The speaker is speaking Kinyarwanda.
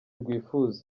rwifuza